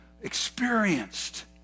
experienced